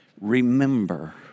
Remember